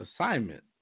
assignment